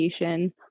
education